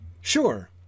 sure